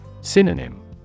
Synonym